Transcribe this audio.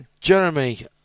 Jeremy